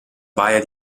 baia